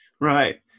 Right